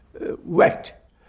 wet